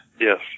Yes